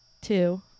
two